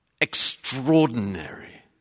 extraordinary